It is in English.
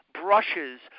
brushes